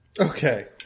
Okay